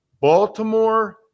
Baltimore